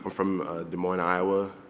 from des moines, iowa.